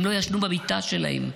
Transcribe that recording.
הם לא ישנו במיטה שלהם,